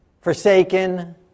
forsaken